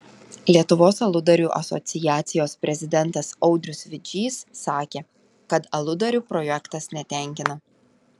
lietuvos aludarių asociacijos prezidentas audrius vidžys sakė kad aludarių projektas netenkina